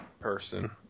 person